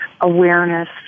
awareness